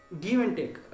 give-and-take